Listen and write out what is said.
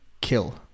kill